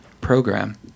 program